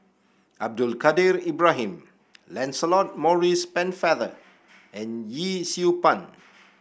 Abdul Kadir Ibrahim Lancelot Maurice Pennefather and Yee Siew Pun